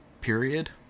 period